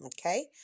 Okay